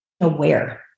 aware